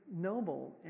noble